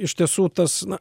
iš tiesų tas na